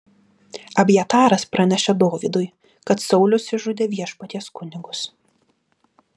abjataras pranešė dovydui kad saulius išžudė viešpaties kunigus